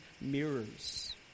mirrors